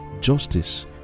Justice